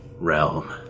realm